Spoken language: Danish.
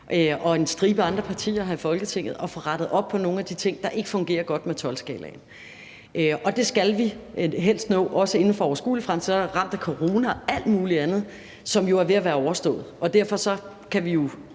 med en stribe andre partier her i Folketinget – at få rettet op på nogle af de ting, der ikke fungerer godt med 12-skalaen. Og det skal vi helst nå, også inden for en overskuelig fremtid, men så har vi været ramt af corona og alt mulig andet, som jo er ved at være overstået. Derfor kan vi jo